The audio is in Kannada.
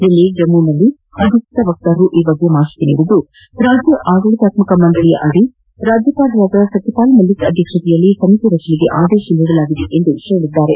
ನಿನ್ನೆ ಜಮ್ನುವಿನಲ್ಲಿ ಅಧಿಕೃತ ವಕ್ತಾರರು ಈ ಬಗ್ಗೆ ಮಾಹಿತಿ ನೀಡಿದ್ದು ರಾಜ್ಯ ಆಡಳಿತಾತ್ಕ ಮಂಡಳಿ ಅಡಿ ರಾಜ್ಯಪಾಲ ಸತ್ಯಪಾಲ್ ಮಲ್ಲಿಕ್ ಅಧ್ಯಕ್ಷತೆಯಲ್ಲಿ ಸಮಿತಿ ರಚಿಸಲು ಆದೇಶಿಸಲಾಗಿದೆ ಎಂದು ಹೇಳಿದ್ದಾರೆ